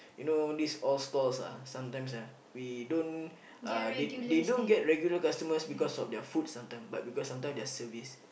you know these old stall ah sometimes ah we don't uh they they don't get regular customers because of their food sometime but because sometime their service